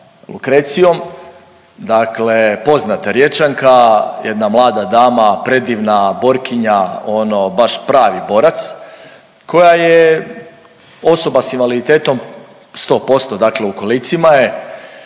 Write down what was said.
Lukrecijom. Dakle, poznata Riječanka, jedna mlada dama predivna borkinja, ono baš pravi borac koja je osoba sa invaliditetom sto posto, dakle u kolicima je.